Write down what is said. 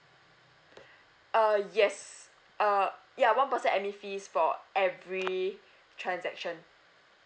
uh yes uh ya one percent admin fees for every transaction